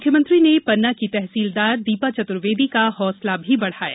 मुख्यमंत्री ने पन्ना की तहसीलदार सुश्री दीपा चतुर्वेदी का हौंसला भी बढ़ाया